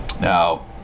Now